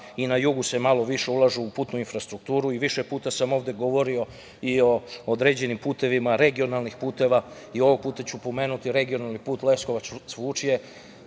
na Jugu Srbije u putnu infrastrukturu. Više puta sam ovde govorio o određenim putevima, regionalnih puteva, i ovog puta ću pomenuti regionalni put Leskovac – Vučje,